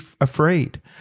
afraid